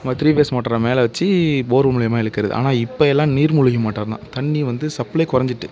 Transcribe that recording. three phase மோட்டாரை மேலே வச்சு போர் மூலிமா இழுக்கிறது ஆனால் இப்போயெல்லாம் நீர்மூழ்கி மோட்டார் தான் தண்ணி வந்து சப்ளை குறஞ்சிட்டு